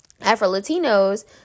Afro-Latinos